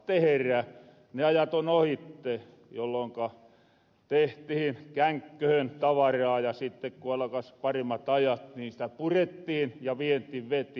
ne ajat on ohitte jolloinka tehtihin känkköhön tavaraa ja sitten ku alkas paremmat ajat niin sitä purettiin ja vienti veti